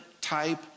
type